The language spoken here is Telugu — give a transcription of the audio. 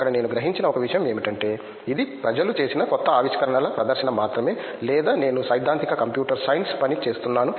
అక్కడ నేను గ్రహించిన ఒక విషయం ఏమిటంటే ఇది ప్రజలు చేసిన క్రొత్త ఆవిష్కరణల ప్రదర్శన మాత్రమే లేదా నేను సైద్ధాంతిక కంప్యూటర్ సైన్స్ పని చేస్తున్నాను